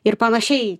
ir panašiai